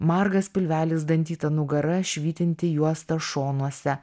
margas pilvelis dantyta nugara švytinti juosta šonuose